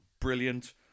brilliant